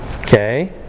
Okay